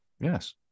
Yes